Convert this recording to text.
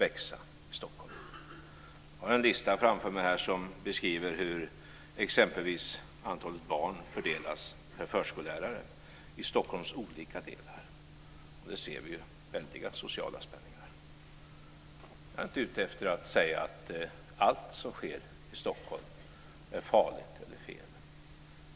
Jag har en lista framför mig här som beskriver hur exempelvis antalet barn fördelas per förskollärare i Stockholms olika delar. Där ser vi väldiga sociala spänningar. Jag är inte ute efter att säga att allt som sker i Stockholm är farligt eller fel.